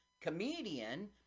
comedian